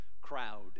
Crowd